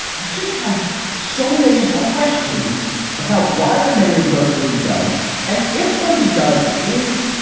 i just have so many questions about why the mayor does what he does and if what he does is,